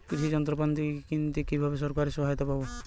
কৃষি যন্ত্রপাতি কিনতে কিভাবে সরকারী সহায়তা পাব?